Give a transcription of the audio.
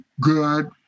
good